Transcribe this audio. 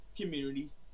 communities